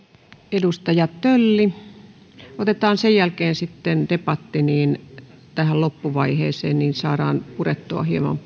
edustaja tölli otetaan sitten sen jälkeen debatti tähän loppuvaiheeseen niin saadaan purettua hieman